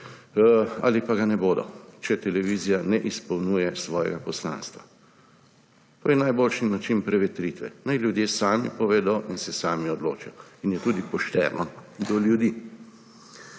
ali pa ga ne bodo, če televizija ne izpolnjuje svojega poslanstva. To je najboljši način prevetritve, naj ljudje sami povedo in se sami odločijo. In je tudi pošteno do ljudi.